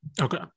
Okay